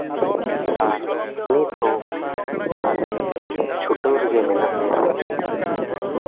ᱟᱨ ᱱᱤᱛ ᱦᱚᱸ ᱟᱞᱮ ᱪᱷᱩᱴᱟᱹᱣ ᱨᱮᱜᱮ ᱢᱮᱱᱟᱜ ᱞᱮᱭᱟ